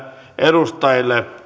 edustajille